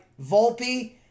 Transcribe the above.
Volpe